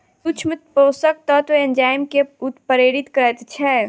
सूक्ष्म पोषक तत्व एंजाइम के उत्प्रेरित करैत छै